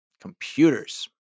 Computers